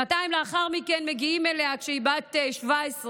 שנתיים לאחר מכן מגיעים אליה כשהיא בת 17,